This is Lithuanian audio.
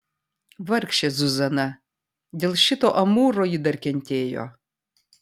vargšė zuzana dėl šito amūro ji dar kentėjo